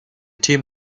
team